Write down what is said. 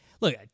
look